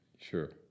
Sure